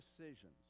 decisions